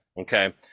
okay